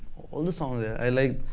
all the songs there i like,